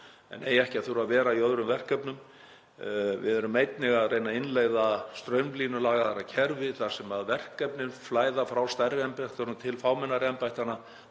en eigi ekki að þurfa að vera í öðrum verkefnum. Við erum einnig að reyna að innleiða straumlínulagaðra kerfi þar sem verkefnin flæða frá stærri embættunum til fámennari embættanna